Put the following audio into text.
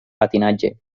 patinatge